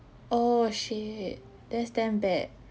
oh shit that's damn bad